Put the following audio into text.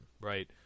right